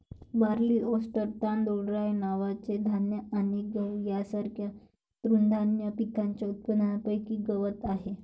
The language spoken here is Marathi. बार्ली, ओट्स, तांदूळ, राय नावाचे धान्य आणि गहू यांसारख्या तृणधान्य पिकांच्या उत्पादनापैकी गवत आहे